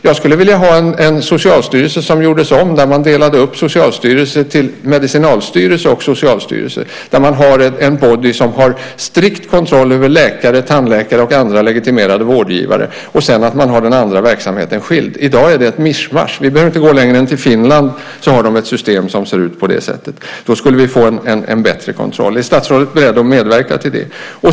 Jag skulle vilja ha en Socialstyrelse som gjordes om, där man delade upp Socialstyrelsen i en medicinalstyrelse och en socialstyrelse, så att man fick en body som har strikt kontroll över läkare, tandläkare och andra legitimerade vårdgivare och den andra verksamheten skild från denna. I dag är det ett mischmasch. Vi behöver inte gå längre än till Finland. Där har man ett system som ser ut på det sättet. Då skulle vi få en bättre kontroll. Är statsrådet beredd att medverka till det?